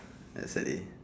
that's the day